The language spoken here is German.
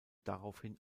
daraufhin